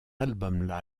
album